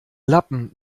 lappen